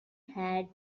had